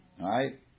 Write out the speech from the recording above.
right